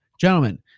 gentlemen